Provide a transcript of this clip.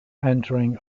entering